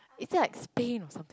it's at Spain or something